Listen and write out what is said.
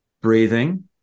breathing